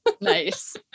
Nice